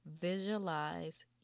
Visualize